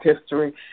history